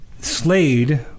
Slade